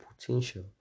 potential